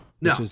No